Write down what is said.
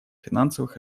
финансовых